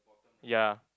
ya